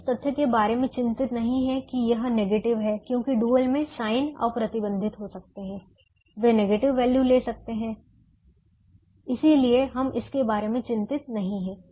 हम इस तथ्य के बारे में चिंतित नहीं हैं कि यह नेगेटिव है क्योंकि डुअल में साइन अप्रतिबंधित हो सकते हैं वे नेगेटिव वैल्यू ले सकते हैं इसलिए हम इसके बारे में चिंतित नहीं हैं